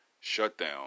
shutdown